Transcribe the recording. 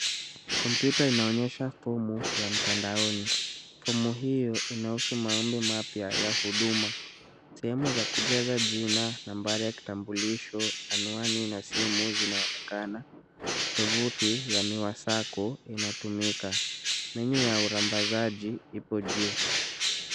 Computer inaonyesha fomu ya mtandaoni. Fomu hiyo inahusu maombi mapya ya huduma. Sehemu za kujaza jina, nambari ya kitambulisho, anwani na simu zinaonekana. Tovuti ya miwa saccco inatumika. Menyu ya urambazaji ipo juu.